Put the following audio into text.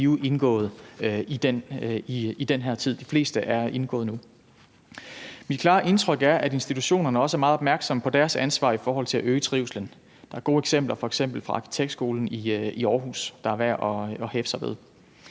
vil blive indgået i den her tid. De fleste er indgået nu. Mit klare indtryk er, at institutionerne også er meget opmærksomme på deres ansvar i forhold til at øge trivslen. Der er gode eksempler fra f.eks. Arkitektskolen i Aarhus, der er værd at hæfte sig ved.